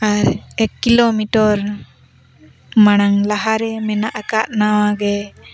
ᱟᱨ ᱮᱠ ᱠᱤᱞᱳᱢᱤᱴᱟᱨ ᱢᱟᱲᱟᱝ ᱞᱟᱦᱟᱨᱮ ᱢᱮᱱᱟᱜ ᱟᱠᱟᱫ ᱱᱟᱣᱟ ᱜᱮ